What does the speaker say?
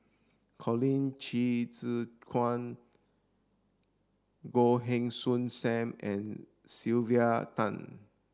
Colin Qi Zhe Quan Goh Heng Soon Sam and Sylvia Tan